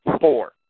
four